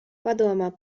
padomā